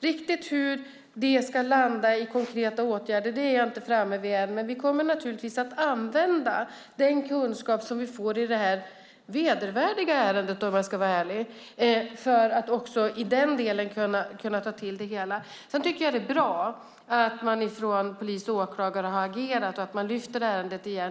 Riktigt hur det ska landa i konkreta åtgärder är jag inte framme vid än, men vi kommer naturligtvis att använda den kunskap som vi får i det här vedervärdiga ärendet för att kunna ta till det hela. Jag tycker att det är bra att man från polis och åklagare har agerat och lyfter fram ärendet.